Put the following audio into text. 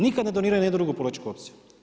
Nikad ne doniraju ni jednu drugu političku opciju.